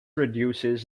reduces